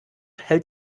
hält